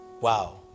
Wow